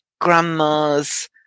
grandma's